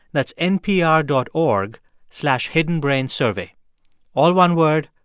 that's npr dot org slash hiddenbrainsurvey all one word,